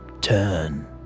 turn